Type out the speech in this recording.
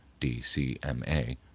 DCMA